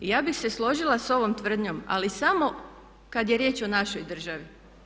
I ja bih se složila sa ovom tvrdnjom, ali samo kad je riječ o našoj državi.